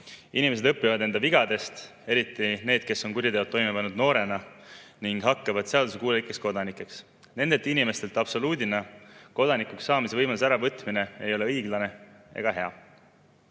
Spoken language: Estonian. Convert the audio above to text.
Inimesed õpivad enda vigadest, eriti need, kes on kuriteo toime pannud noorena, ning hakkavad seaduskuulekateks kodanikeks. Nendelt inimestelt absoluudina kodanikuks saamise võimaluse äravõtmine ei ole õiglane ega hea.